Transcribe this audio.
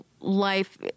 life